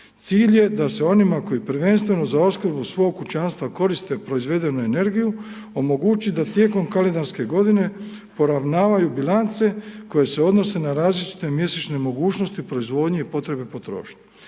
Cilj je da se onima koji prvenstveno za opskrbu kućanstva koriste proizvedenu energiju, omogući da tijekom kalendarske godine poravnavaju bilance koje se odnose na različite mjesečne mogućnosti proizvodnje i potrebne potrošnje.